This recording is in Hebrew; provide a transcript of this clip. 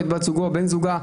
בן זוגו,